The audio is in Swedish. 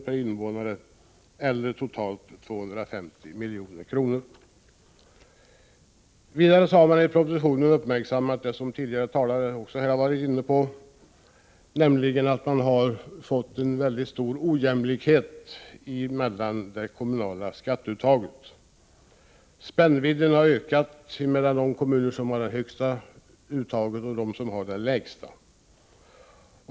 per invånare eller totalt 250 milj.kr. Vidare har man i propositionen uppmärksammat det som även talare i denna debatt har varit inne på, nämligen att det har uppkommit stor ojämlikhet vad gäller det kommunala skatteuttaget. Spännvidden har ökat miska frågor mellan de kommuner som har det högsta uttaget och dem som har det lägsta.